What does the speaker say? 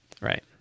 Right